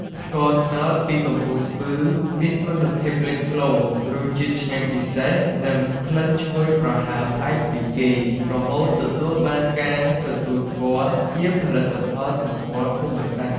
ស្ករត្នោតពីកំពង់ស្ពឺមានគុណភាពលេចធ្លោ រសជាតិឆ្ងាញ់ពិសេស និងក្លិនឈ្ងុយប្រហើរប្លែកពីគេ រហូតទទួលបានការទទួលស្គាល់ជាផលិតផលសម្គាល់ភូមិសាស្ត្រ។